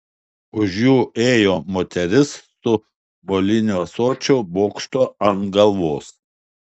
už jų ėjo moteris su molinių ąsočių bokštu ant galvos